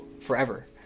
forever